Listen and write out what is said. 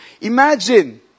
Imagine